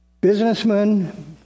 businessmen